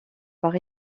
par